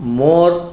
more